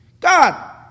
God